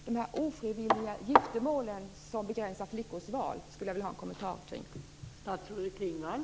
De ofrivilliga giftermål som begränsar flickors val skulle jag vilja ha en kommentar kring.